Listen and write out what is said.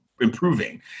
improving